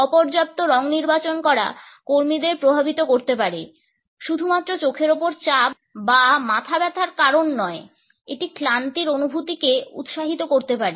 অপর্যাপ্ত রং নির্বাচন করা কর্মীদের প্রভাবিত করতে পারে শুধুমাত্র চোখের ওপর চাপ বা মাথাব্যথার কারণ নয় এটি ক্লান্তির অনুভূতিকে উৎসাহিত করতে পারে